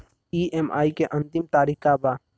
EMI के अंतिम तारीख का बा?